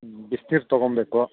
ಹ್ಞೂ ಬಿಸಿನೀರು ತಗೊಬೇಕು